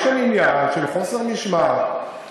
יש כאן עניין של חוסר משמעת,